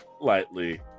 lightly